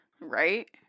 right